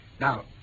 Now